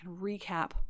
recap